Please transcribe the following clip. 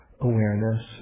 awareness